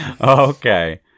Okay